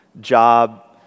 Job